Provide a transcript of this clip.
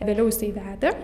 vėliau jisai vedė